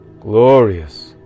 Glorious